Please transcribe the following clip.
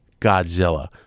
Godzilla